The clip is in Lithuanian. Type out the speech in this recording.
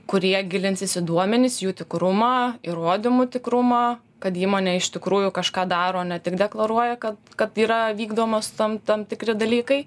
kurie gilinsis į duomenis jų tikrumą įrodymų tikrumą kad įmonė iš tikrųjų kažką daro ne tik deklaruoja kad kad yra vykdomas tam tam tikri dalykai